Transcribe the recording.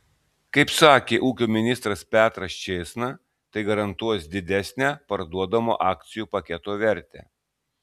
kaip sakė ūkio ministras petras čėsna tai garantuos didesnę parduodamo akcijų paketo vertę